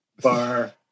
bar